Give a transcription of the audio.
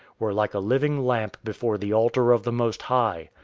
were like a living lamp before the altar of the most high.